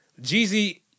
Jeezy